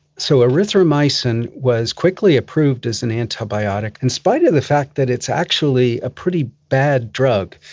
so erythromycin was quickly approved as an antibiotic, in spite of the fact that it's actually a pretty bad drug.